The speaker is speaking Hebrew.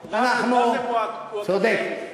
אנחנו, צודק.